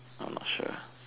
I'm not sure